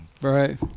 Right